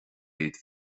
iad